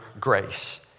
grace